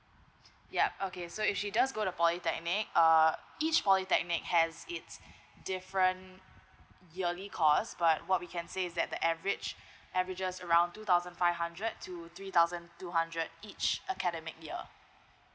yup okay so if she does go the polytechnic err each polytechnic has its different yearly cost but what we can say is that the average averages around two thousand five hundred to three thousand two hundred each academic year